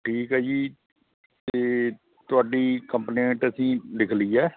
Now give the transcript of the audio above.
ਠੀਕ ਹੈ ਜੀ ਅਤੇ ਤੁਹਾਡੀ ਕੰਪਲੇਂਟ ਅਸੀਂ ਲਿਖ ਲਈ ਹੈ